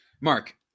Mark